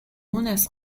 مونس